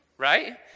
right